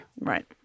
Right